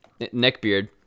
neckbeard